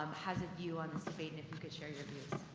um, has a view on this debate and if you could share your views.